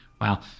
wow